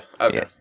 Okay